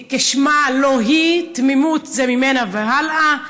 כשמה לא היא, תמימות זה ממנה והלאה.